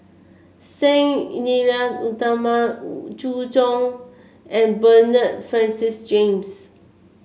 Sang Nila Utama Wu Zhu Hong and Bernard Francis James